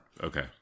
okay